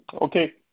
Okay